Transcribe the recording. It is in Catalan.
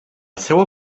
seua